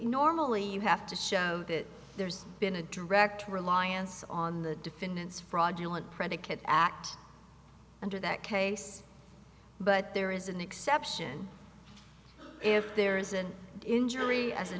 normally you have to show that there's been a direct reliance on the defendant's fraudulent predicate act under that case but there is an exception if there is an injury as a